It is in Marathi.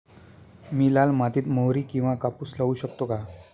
मी लाल मातीत मोहरी किंवा कापूस लावू शकतो का?